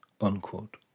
unquote